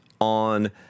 on